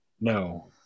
no